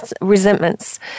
resentments